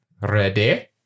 Ready